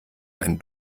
einen